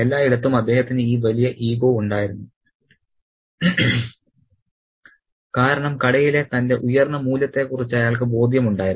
എല്ലായിടത്തും അദ്ദേഹത്തിന് ഈ വലിയ ഈഗോ ഉണ്ടായിരുന്നു കാരണം കടയിലെ തന്റെ ഉയർന്ന മൂല്യത്തെക്കുറിച്ച് അയാൾക്ക് ബോധ്യമുണ്ടായിരുന്നു